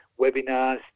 webinars